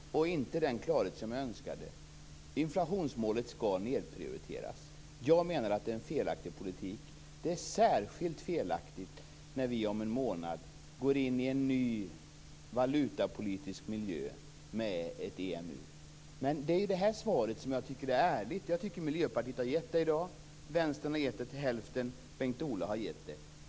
Fru talman! Därmed har jag fått det svaret och den klarhet som jag inte önskade, nämligen att inflationsmålet skall nedprioriteras. Jag anser att det är en felaktig politik, och det är särskilt felaktigt när vi om en månad går in i en ny valutapolitisk miljö med ett Men det är ett ärligt svar. Miljöpartiet och Bengt Ola Ryttar har gett det, och Vänsterpartiet har gett det till hälften.